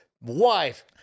wife